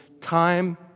time